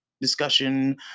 discussion